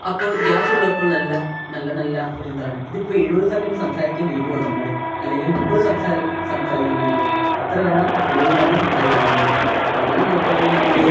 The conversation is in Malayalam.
അപ്പോൾ ഗ്യാസുള്ളപ്പോൾ നല്ല നല്ല നല്ല ഒരിതാണ് ഇത് ഇപ്പം എഴുപത് സെക്കൻറ്റ് സംസാരിക്കെണ്ടി വരുമോ നമ്മൾ അല്ലെങ്കിൽ മുപ്പത് സംസാരിക്കെണ്ടി വരുമോ എത്ര വേണം എഴുപത് തന്നെ സംസാരിക്കണം അല്ലേ അപ്പം അങ്ങനെ നോക്കുവാണെ നമ്മൾ